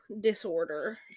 disorder